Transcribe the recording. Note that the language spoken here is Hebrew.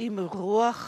עם רוח חזקה,